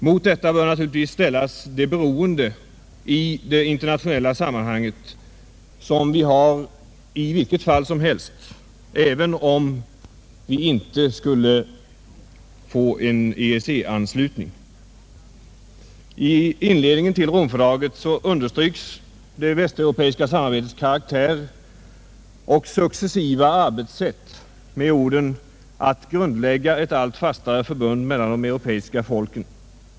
Mot detta bör naturligtvis ställas det beroende i det internationella sammanhanget som vi i vilket fall som helst har, även om vi inte skulle få en EEC-anslutning. I inledningen till Romfördraget understryks det västeuropeiska samarbetets karaktär och successiva arbetssätt med orden ”att grundlägga ett allt fastare förbund mellan de europeiska folken”.